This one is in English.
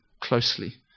closely